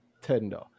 tender